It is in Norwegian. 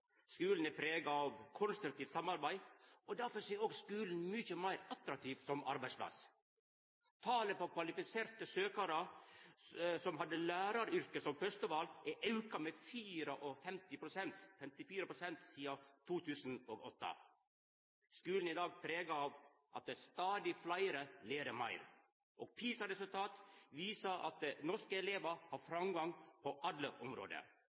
Skulen er prega av konstruktivt samarbeid, og difor er skulen også mykje meir attraktiv som arbeidsplass. Talet på kvalifiserte søkjarar som hadde læraryrket som førsteval, har auka med 54 pst. sidan 2008. Skulen i dag er prega av at stadig fleire lærer meir. PISA-resultat viser at norske elevar har framgang på alle område.